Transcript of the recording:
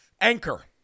Anchor